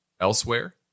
elsewhere